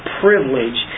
privilege